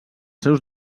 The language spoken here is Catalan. seus